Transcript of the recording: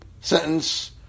sentence